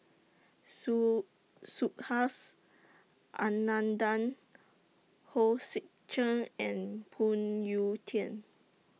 Su Subhas Anandan Hong Sek Chern and Phoon Yew Tien